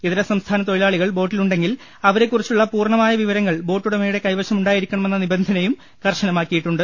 ഇതര സംസ്ഥാന തൊഴിലാളികൾ ബോട്ടിലുണ്ടെങ്കിൽ അവരെക്കുറിച്ചുള്ള പൂർണമായ വിവരങ്ങൾ ബോട്ട് ഉടമയുടെ കൈവശമുണ്ടായിരിക്കണമെന്നു നിബന്ധനയും കർശനമാക്കിയിട്ടുണ്ട്